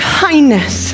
kindness